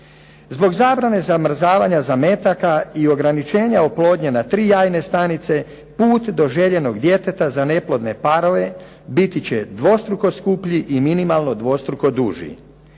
Zbog zabrane zamrzavanja zametaka i ograničenja oplodnje na tri jajne stanice put do željenog djeteta za neplodne parove biti će dvostruko skuplji i minimalno dvostruko duži.